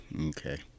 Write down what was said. okay